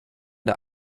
der